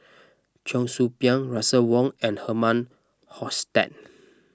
Cheong Soo Pieng Russel Wong and Herman Hochstadt